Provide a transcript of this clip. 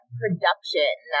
production